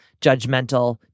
judgmental